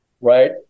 right